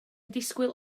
disgwyl